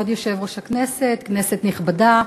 כבוד יושב-ראש הכנסת, כנסת נכבדה,